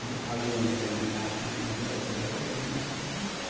how you understand compassion, and like, what its role is in this process?